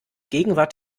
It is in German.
gegenwart